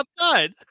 outside